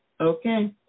Okay